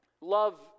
Love